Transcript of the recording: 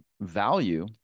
value